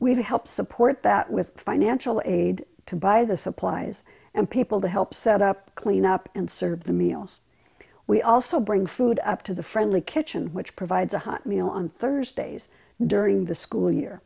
we help support that with financial aid to buy the supplies and people to help set up clean up and serve the meals we also bring food up to the friendly kitchen which provides a hot meal on thursdays during the school year